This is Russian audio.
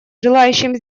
желающим